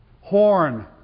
Horn